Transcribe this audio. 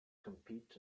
compete